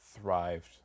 thrived